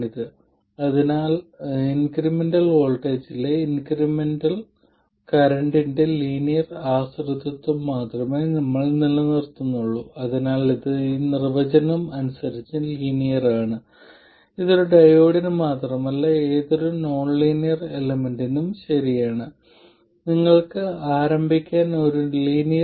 ഇതിന്റെ ഇക്വലന്റ് ഒരു linear two port ആണ് ചിലപ്പോൾ ഇവിടെ ബോക്സിനുള്ളിലെ മാട്രിക്സ് നൽകിയാൽ അതിന്റെ അർത്ഥമെന്താണെന്ന് നിങ്ങൾക്ക് കൃത്യമായി അറിയാം